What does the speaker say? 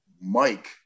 Mike